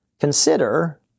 Consider